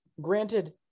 Granted